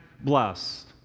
Blessed